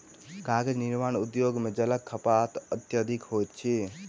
कागज निर्माण उद्योग मे जलक खपत अत्यधिक होइत अछि